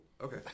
Okay